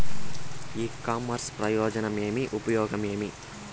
ఇ commerce ప్రయోజనం ఏమి? ఉపయోగం ఏమి?